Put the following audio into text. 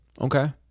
Okay